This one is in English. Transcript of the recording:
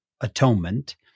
atonement